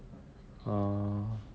mm